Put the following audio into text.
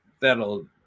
that'll